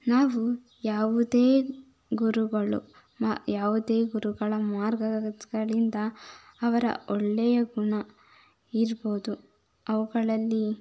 ನಾವು ಯಾವುದೇ ಗುರುಗಳು ಮ ಯಾವುದೇ ಗುರುಗಳ ಮಾರ್ಗಗಳಿಂದ ಅವರ ಒಳ್ಳೆಯ ಗುಣ ಇರ್ಬೋದು ಅವುಗಳಲ್ಲಿ